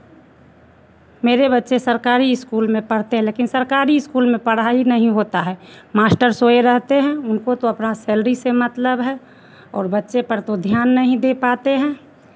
मेरे बच्चे सरकारी स्कूल में पढ़ते हैं लेकिन सरकारी स्कूल में पढ़ाई नहीं होता है मास्टर सोए रहते हैं उनको तो अपना सैलरी से मतलब है और बच्चे पर तो ध्यान नहीं दे पाते हैं